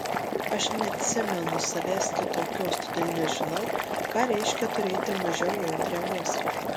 aš neatsimenu savęs kitokios todėl nežinau ką reiškia turėti mažiau jautrią uoslę